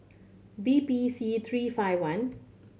V P C three five one